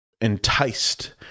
enticed